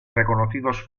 reconocidos